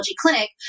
clinic